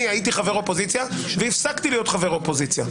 הייתי חבר אופוזיציה והפסקתי להיות חבר אופוזיציה,